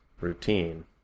routine